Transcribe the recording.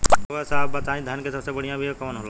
रउआ आप सब बताई धान क सबसे बढ़ियां बिया कवन होला?